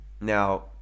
Now